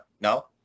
No